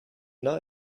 not